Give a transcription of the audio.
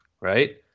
right